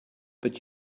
but